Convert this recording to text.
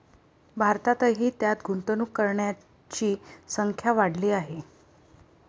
भारतातही त्यात गुंतवणूक करणाऱ्यांची संख्या वाढली आहे